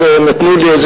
אז נתנו לי,